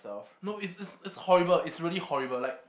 no it's it's it's horrible it's really horrible like